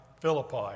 Philippi